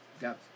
got